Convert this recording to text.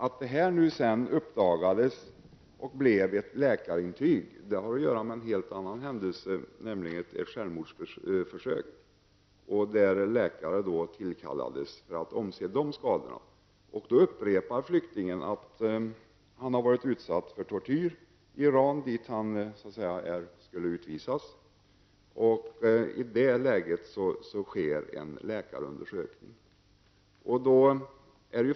Att detta sedan uppdagades och ledde till ett läkarintyg har att göra med en helt annan händelse, ett självmordsförsök, där läkare tillkallades för att omse de skador som uppstod då. Då upprepade flyktingen att han hade varit utsatt för tortyr i Iran, dit han också skulle utvisas, och i det läget sker en läkarundersökning.